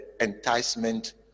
enticement